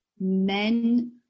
men